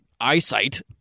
eyesight